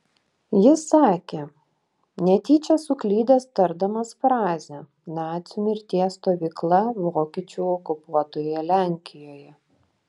jis sakė netyčia suklydęs tardamas frazę nacių mirties stovykla vokiečių okupuotoje lenkijoje